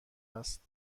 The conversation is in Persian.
است